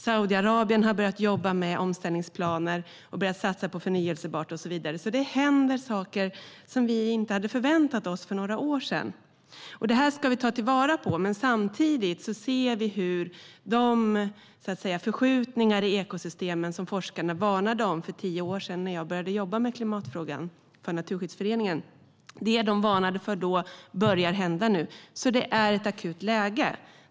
Saudiarabien har börjat jobba med omställningsplaner och satsa på förnybart och så vidare. Det händer saker som vi inte hade förväntat oss för några år sedan. Detta ska vi ta till vara, men samtidigt ser vi förskjutningarna i ekosystemen som forskarna varnade om för tio år sedan när jag började jobba med klimatfrågan för Naturskyddsföreningen. Det de varnade för då börjar hända nu. Det är ett akut läge.